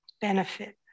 benefit